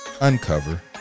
uncover